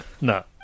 No